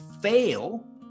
fail